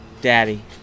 daddy